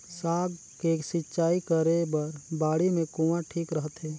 साग के सिंचाई करे बर बाड़ी मे कुआँ ठीक रहथे?